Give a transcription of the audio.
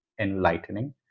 enlightening